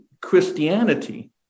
Christianity